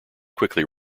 quickly